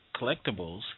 collectibles